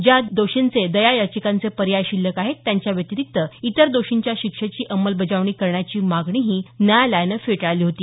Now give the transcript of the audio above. ज्या दोषींचे दया याचिकांचे पर्याय शिल्लक आहेत त्यांच्या व्यतिरिक्त इतर दोषींच्या शिक्षेची अंमलबजावणी करण्याची मागणीही न्यायालयानं फेटाळली होती